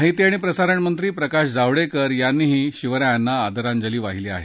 माहिती आणि प्रसारणमंत्री प्रकाश जावडेकर यांनीही शिवरायांना आदरांजली वाहिली आहे